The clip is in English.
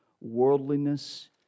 worldliness